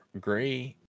gray